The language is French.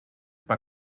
pas